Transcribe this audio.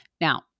Now